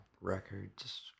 records